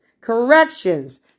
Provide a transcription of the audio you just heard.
corrections